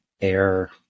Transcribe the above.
air